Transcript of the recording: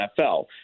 NFL